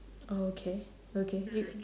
oh okay okay you